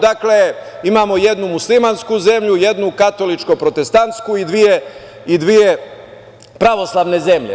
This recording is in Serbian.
Dakle, imamo jednu muslimansku zemlju, jednu katoličko-protestantsku i dve pravoslavne zemlje.